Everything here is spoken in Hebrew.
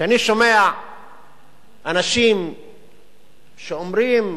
כשאני שומע אנשים שאומרים: